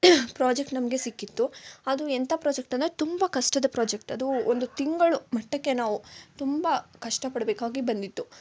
project ನಮಗೆ ಸಿಕ್ಕಿತ್ತು ಅದು ಎಂಥ ಪ್ರೊಜೆಕ್ಟ್ ಅಂದರೆ ತುಂಬ ಕಷ್ಟದ ಪ್ರೊಜೆಕ್ಟ್ ಅದು ಒಂದು ತಿಂಗಳು ಮಟ್ಟಕ್ಕೆ ನಾವು ತುಂಬ ಕಷ್ಟಪಡಬೇಕಾಗಿ ಬಂದಿತ್ತು